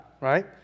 Right